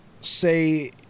say